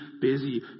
busy